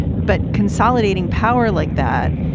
but consolidating power like that.